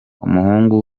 umuhungu